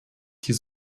die